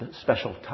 special